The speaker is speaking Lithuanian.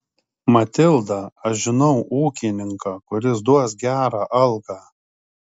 matilda aš žinau ūkininką kuris duos gerą algą